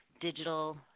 digital